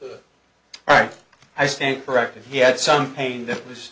that right i stand corrected he had some pain that was